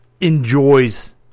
enjoys